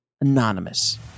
Anonymous